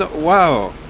ah wow,